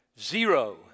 zero